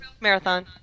marathon